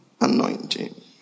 anointing